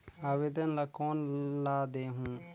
आवेदन ला कोन ला देहुं?